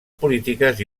polítiques